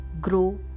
grow